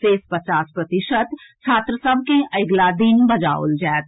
शेष पचास प्रतिशत छात्र सभ के अगिला दिन बजाओल जाएत